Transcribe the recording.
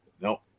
nope